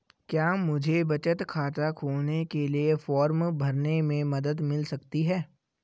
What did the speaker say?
क्या मुझे बचत खाता खोलने के लिए फॉर्म भरने में मदद मिल सकती है?